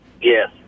Yes